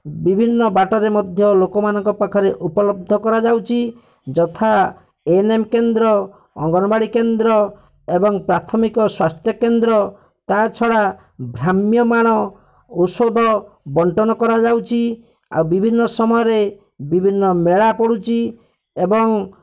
ବିଭିନ୍ନ ବାଟରେ ମଧ୍ୟ ଲୋକଙ୍କ ପାଖରେ ଉପଲବ୍ଧ କରାଯାଉଛି ଯଥା ଏ ଏନ୍ ଏମ୍ କେନ୍ଦ୍ର ଅଙ୍ଗନୱାଡ଼ି କେନ୍ଦ୍ର ଏବଂ ପ୍ରାଥମିକ ସ୍ୱାସ୍ଥ୍ୟକେନ୍ଦ୍ର ତା ଛଡ଼ା ଭ୍ରାମ୍ୟମାଣ ଔଷଧ ବଣ୍ଟନ କରାଯାଉଛି ଆଉ ବିଭିନ୍ନ ସମୟରେ ବିଭିନ୍ନ ମେଳା ପଡ଼ୁଛି ଏବଂ